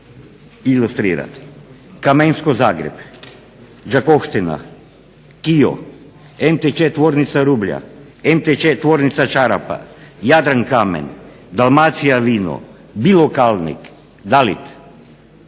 ilustrirati. "Kamensko-Zagreb", "Đakovština", "KIO", "MTČ Tvornica rublja", "MTČ Tvornica čarapa", "Jadrankamen", "Dalmacija vino", "Bilokalnik", "Dalit".